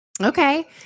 Okay